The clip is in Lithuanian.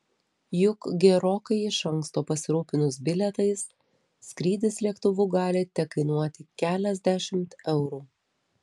juk gerokai iš anksto pasirūpinus bilietais skrydis lėktuvu gali tekainuoti keliasdešimt eurų